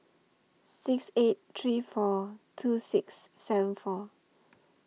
six eight three four two six seven four